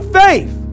faith